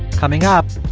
coming up,